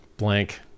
Blank